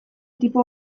tipo